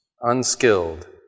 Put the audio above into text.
Unskilled